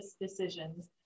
decisions